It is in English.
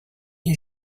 use